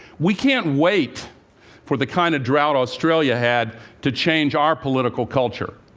we can't wait for the kind of drought australia had to change our political culture.